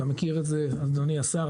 אתה מכיר את זה, אדוני השר.